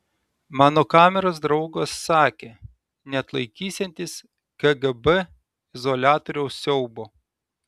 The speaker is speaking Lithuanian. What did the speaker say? mano kameros draugas sakė neatlaikysiantis kgb izoliatoriaus siaubo